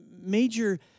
major